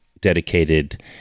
dedicated